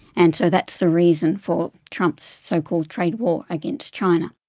and so that's the reason for trump's so-called trade war against china.